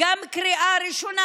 גם קריאה ראשונה,